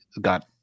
got